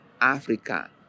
Africa